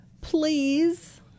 please